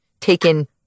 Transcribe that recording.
taken